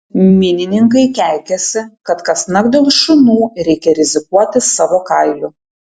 minininkai keikiasi kad kasnakt dėl šunų reikia rizikuoti savo kailiu